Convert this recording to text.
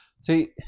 see